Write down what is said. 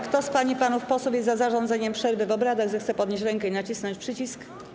Kto z pań i panów posłów jest za zarządzeniem przerwy w obradach, zechce podnieść rękę i nacisnąć przycisk.